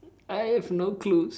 I have no clue